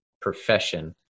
profession